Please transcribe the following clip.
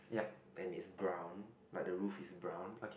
then it's brown like the roof is brown